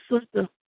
sister